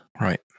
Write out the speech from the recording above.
right